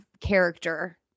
character